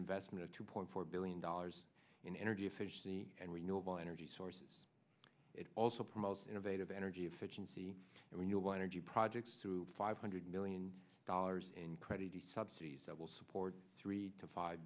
investment of two point four billion dollars in energy efficiency and renewable energy sources it also promotes innovative energy efficiency and renewable energy projects through five hundred million dollars in credit the subsidies that will support three to five